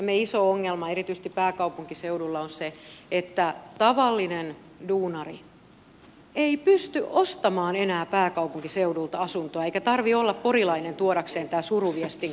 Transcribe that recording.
meidän iso ongelma erityisesti pääkaupunkiseudulla on se että tavallinen duunari ei pysty ostamaan enää pääkaupunkiseudulta asuntoa eikä tarvitse olla porilainen tuodakseen tämän suruviestin kaikille